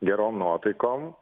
gerom nuotaikom